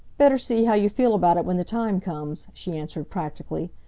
better see how you feel about it when the time comes, she answered practically.